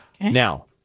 Now